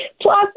Plus